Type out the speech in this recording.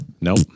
nope